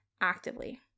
actively